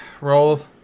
roll